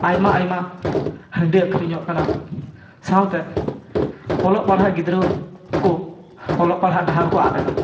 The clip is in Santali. ᱟᱭᱢᱟ ᱟᱭᱢᱟ ᱦᱟᱺᱰᱤ ᱟᱹᱠᱷᱟᱨᱤᱧᱚᱜ ᱠᱟᱱᱟ ᱥᱟᱶᱛᱮ ᱚᱞᱚᱜ ᱯᱟᱲᱦᱟᱜ ᱜᱤᱫᱽᱨᱟᱹ ᱠᱚ ᱚᱞᱚᱜ ᱯᱟᱲᱦᱟᱜ ᱰᱟᱦᱟᱨ ᱠᱚ ᱟᱫ ᱮᱫᱟ